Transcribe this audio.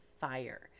fire